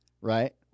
right